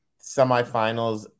Semifinals